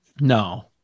No